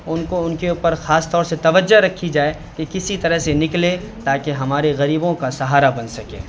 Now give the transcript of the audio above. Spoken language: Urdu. ان کو ان کے اوپر خاص طور سے توجہ رکھی جائے کہ کسی طرح سے نکلے تاکہ ہمارے غریبوں کا سہارا بن سکے